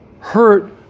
hurt